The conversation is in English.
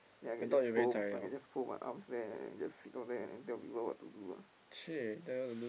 then I can just fold I can just fold my arms then jsut go there and tell people what to do ah